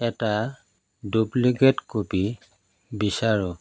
এটা duplicate copy বিচাৰোঁ